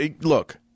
look